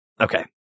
Okay